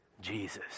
Jesus